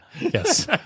Yes